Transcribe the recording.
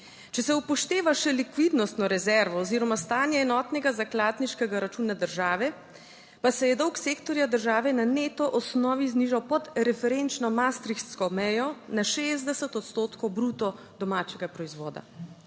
Če se upošteva še likvidnostno rezervo oziroma stanje enotnega zakladniškega računa države, pa se je dolg sektorja države na neto osnovi znižal pod referenčno maastrichtsko mejo na 60 odstotkov bruto domačega proizvoda.